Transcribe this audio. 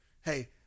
hey